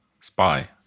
spy